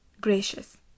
gracious